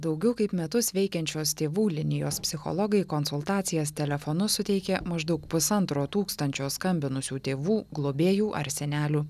daugiau kaip metus veikiančios tėvų linijos psichologai konsultacijas telefonu suteikė maždaug pusantro tūkstančio skambinusių tėvų globėjų ar senelių